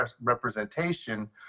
representation